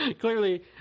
Clearly